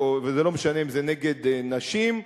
ולא משנה אם זה נגד נשים,